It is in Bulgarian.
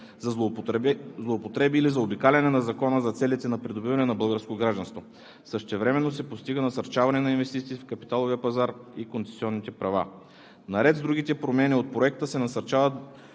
за злоупотреби или заобикаляне на Закона за целите на придобиване на българско гражданство, същевременно се постига насърчаване на инвестиции в капиталовия пазар и концесионните права. Наред с другите промени с Проекта се насърчават